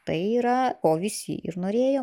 tai yra ko visi ir norėjo